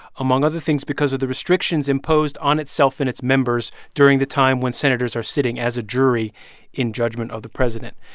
among other things because of the restrictions imposed on itself and its members during the time when senators are sitting as a jury in judgment of the president.